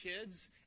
kids